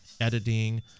editing